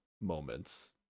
moments